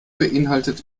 beeinhaltet